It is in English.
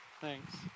Thanks